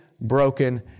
broken